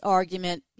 argument